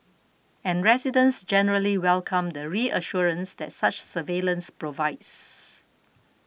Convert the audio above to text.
and residents generally welcome the reassurance that such surveillance provides